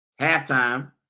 halftime